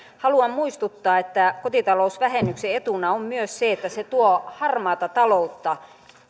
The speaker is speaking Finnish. haluan muistuttaa että kotitalousvähennyksen etuna on myös se että se tuo harmaata taloutta